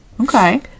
Okay